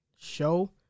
Show